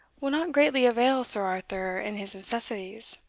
will not greatly avail sir arthur in his necessities?